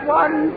one